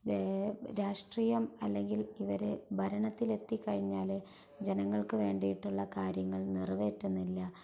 രാഷ്ട്രീയം അല്ലെങ്കിൽ ഇവര് ഭരണത്തിലെത്തിക്കഴിഞ്ഞാല് ജനങ്ങൾക്ക് വേണ്ടിയിട്ടുള്ള കാര്യങ്ങൾ നിറവേറ്റുന്നില്ല